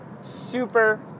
super